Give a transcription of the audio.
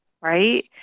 right